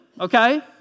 okay